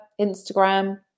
Instagram